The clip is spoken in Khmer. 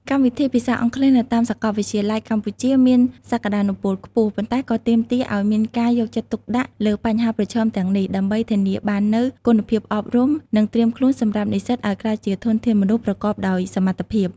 កម្មវិធីភាសាអង់គ្លេសនៅតាមសាកលវិទ្យាល័យកម្ពុជាមានសក្តានុពលខ្ពស់ ប៉ុន្តែក៏ទាមទារឱ្យមានការយកចិត្តទុកដាក់លើបញ្ហាប្រឈមទាំងនេះ ដើម្បីធានាបាននូវគុណភាពអប់រំ និងត្រៀមខ្លួនសម្រាប់និស្សិតឱ្យក្លាយជាធនធានមនុស្សប្រកបដោយសមត្ថភាព។